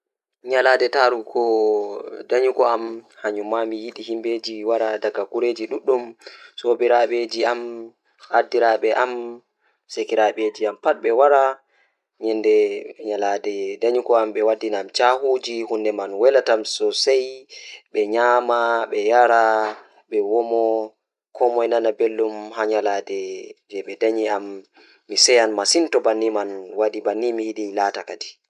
Leesɗe am mawnde no waɗiima nde mi ɗaɓɓiti e mawniraaji e njogoto e giteeri am rewɓe. Mi faala nde njilli mi waɗata kooɗo, ɗuum waɗiri e waɗude leydi. No waɗiima caɗe ngoodi feɗɗi, njillaaji kabbal heɓɓe e no njangata mo waɗata tamma waawaani e huutoraade